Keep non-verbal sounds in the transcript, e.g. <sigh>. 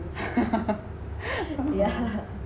<laughs>